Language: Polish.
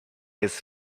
jest